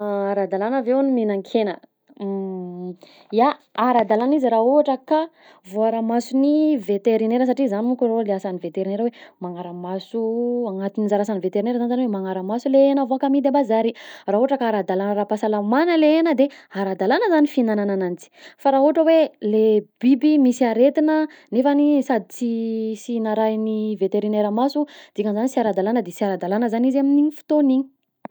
Ara-dalàgna ve hono mihinan-kena? _x000D_ Ya ara-dalàna izy raha ohatra ka voaaramason'ny veterinera, satria zany monko arô le asan'ny veterinera hoe magnaramaso, agnatin'ny anjara asan'ny veterinera zany zany hoe magnaramaso le hena avoaka amidy a bazary, raha ohatra ka ara-dala- ara-pahasalamana le hena de ara-dalàgna zany fihignagnana ananjy, fa raha ohatra hoe le biby misy aretina nefany sady sy sy narahin'ny veterinera maso dikan'izany sy ara-dalàgna de sy ara-dalàgna zany izy amin'igny fotoagn'igny.